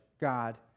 God